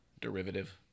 Derivative